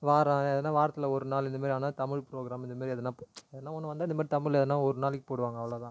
வாரம் எதுனா வாரத்தில் ஒரு நாள் இந்த மாரி ஆனால் தமிழ் ப்ரோகிராம் இந்த மாரி எதுனா எதனா ஒன்று வந்து இந்த மாதிரி தமிழில் எதுனா ஒரு நாளைக்கு போடுவாங்க அவ்வளோ தான்